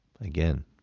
again